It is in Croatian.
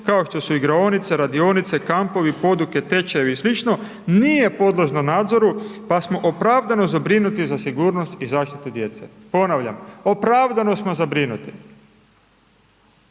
kao što su igraonice, radionice, kampovi, poduke i slično nije podložno nadzoru pa smo opravdano zabrinuti za sigurnost i zaštitu djece. Ponavljam, opravdano smo zabrinuti.